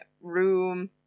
room